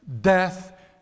death